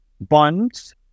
bonds